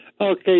Okay